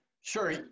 Sure